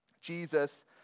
Jesus